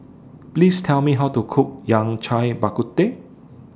Please Tell Me How to Cook Yao Cai Bak Kut Teh